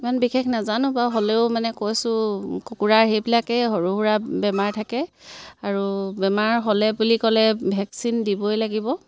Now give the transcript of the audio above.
ইমান বিশেষ নাজানো বাৰু হ'লেও মানে কৈছোঁ কুকুৰা সেইবিলাকেই সৰু সুৰা বেমাৰ থাকে আৰু বেমাৰ হ'লে বুলি ক'লে ভেকচিন দিবই লাগিব